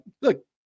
look